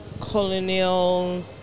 colonial